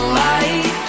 light